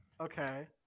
Okay